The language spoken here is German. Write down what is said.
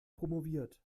promoviert